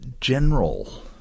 general